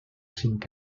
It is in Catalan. cinc